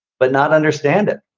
but not understand it.